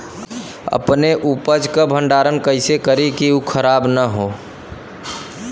अपने उपज क भंडारन कइसे करीं कि उ खराब न हो?